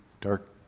dark